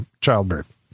childbirth